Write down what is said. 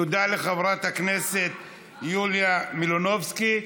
תודה לחברת הכנסת יוליה מלינובסקי.